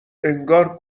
انگار